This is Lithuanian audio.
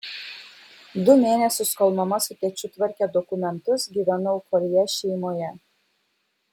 du mėnesius kol mama su tėčiu tvarkė dokumentus gyvenau koljė šeimoje